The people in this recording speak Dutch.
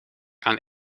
aan